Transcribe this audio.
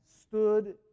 stood